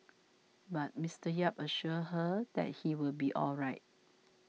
but Mister Yap assures her that he will be all right